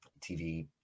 TV